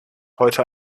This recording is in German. heute